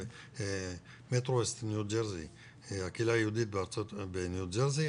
את הקהילה היהודית בניו ג'רזי,